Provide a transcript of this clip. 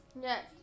Yes